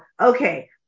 okay